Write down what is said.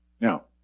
Now